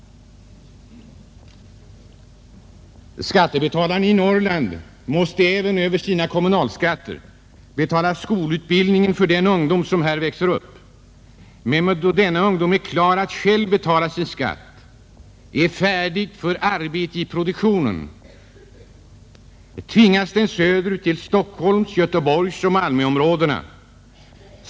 Skattebetalarna i Norrland måste även över sina kommunalskatter betala skolutbildningen för den ungdom som där växer upp. Men då denna ungdom är klar att själv betala skatt, är färdig för arbete i produktionen, tvingas den söderut, till Stockholms-, Göteborgsoch Malmöområdena.